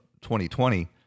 2020